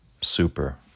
super